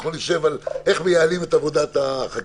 נשב על איך מייעלים את עבודת החקיקה.